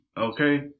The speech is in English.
Okay